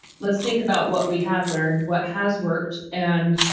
let's think about what we have learned, what has worked and.